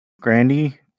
Grandy